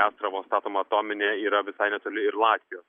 astravo statoma atominė yra visai netoli ir latvijos